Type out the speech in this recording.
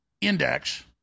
index